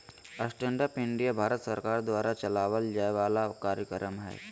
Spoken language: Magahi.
स्टैण्ड अप इंडिया भारत सरकार द्वारा चलावल जाय वाला कार्यक्रम हय